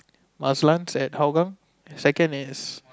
at Hougang second is